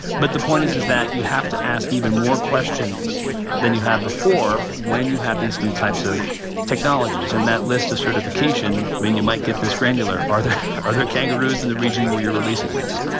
but the point is is that you have to ask even more questions than you had before when you have these new types of technologies and that list of certification i mean you might get this granular are there are there kangaroos in the region where you're releasing this?